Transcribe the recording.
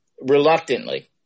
reluctantly